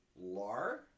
Lar